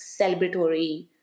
celebratory